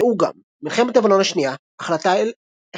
ראו גם מלחמת לבנון השנייה החלטה 1559